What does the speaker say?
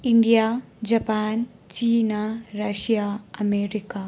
India Japan China Russia America